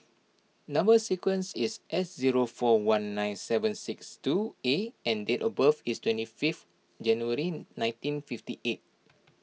Number Sequence is S zero four one nine seven six two A and date of birth is twenty fifth January nineteen fifty eight